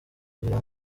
kugira